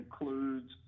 includes